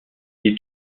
est